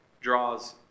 draws